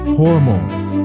hormones